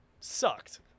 sucked